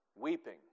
weeping